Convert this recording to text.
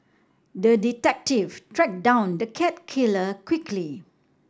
the detective tracked down the cat killer quickly